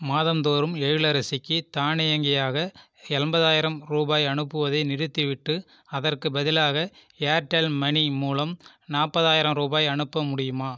மாதந்தோறும் எழிலரசிக்கு தானியங்கியாக எண்பதாயிரம் ரூபாய் அனுப்புவதை நிறுத்திவிட்டு அதற்கு பதிலாக ஏர்டெல் மனி மூலம் நாற்பதாயிரம் ரூபாய் அனுப்ப முடியுமா